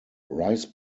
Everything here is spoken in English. rice